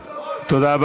תודה.